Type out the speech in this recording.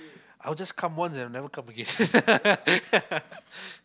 I will just come once and I'll never come again